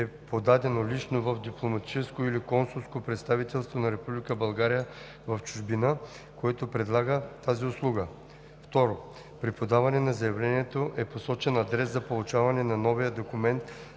е подадено лично в дипломатическо или консулско представителство на Република България в чужбина, което предлага тази услуга; 2. при подаването на заявлението е посочен адрес за получаване на новия документ